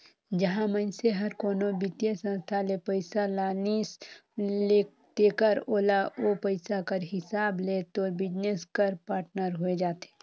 जहां मइनसे हर कोनो बित्तीय संस्था ले पइसा लानिस तेकर ओला ओ पइसा कर हिसाब ले तोर बिजनेस कर पाटनर होए जाथे